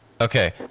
Okay